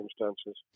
circumstances